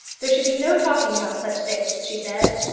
there should be no talking about such things, she said.